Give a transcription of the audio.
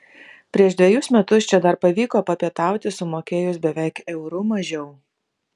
prieš dvejus metus čia dar pavyko papietauti sumokėjus beveik euru mažiau